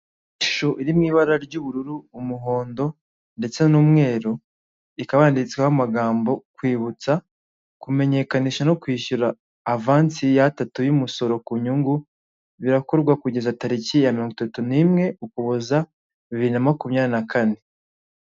Ishusho iri mu ibara ry'ubururu, umuhondo ndetse n'umweru; ikaba yanditseho amagambo kwibutsa, kumenyekanisha no kwishyura avansi y'atatu y'umusoro ku nyungu; birakorwa kugeza tariki ya mirongo itatu n'imwe ukuboza, bibiri na makumyabiri na kane.